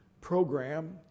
program